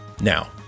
Now